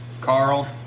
Carl